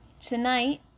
tonight